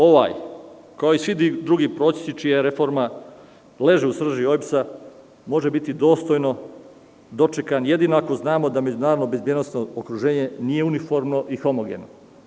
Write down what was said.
Ovaj kao i svi drugi procesi, čija reforma leži u srži OEBS-a, može biti dostojno dočekan jedino ako znamo da međunarodno bezbednosno okruženje nije uniformno i homogeno.